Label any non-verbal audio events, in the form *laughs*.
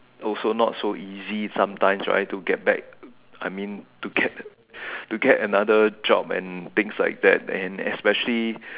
also not so easy sometimes right to get back I mean to get *laughs* to get another job and things like that and especially